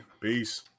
Peace